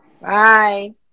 Bye